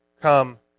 come